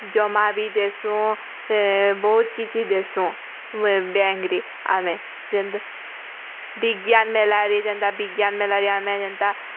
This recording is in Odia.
ଜମା ବି ଦେସୁଁ ବହୁତ୍ କିଛି ଦେସୁଁ ବ୍ୟାଙ୍କରେ ଆମେ ବିଜ୍ଞାନ୍ ମେଳାରେ ଯେନ୍ତା ବିଜ୍ଞାନ୍ ମେଳାରେ ଆମେ ଯେନ୍ତା କି